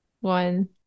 one